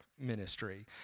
ministry